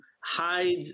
hide